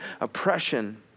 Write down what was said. oppression